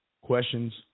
questions